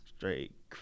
Straight